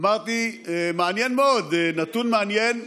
אמרתי: מעניין מאוד, נתון מעניין,